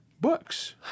books